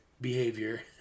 behavior